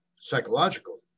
psychological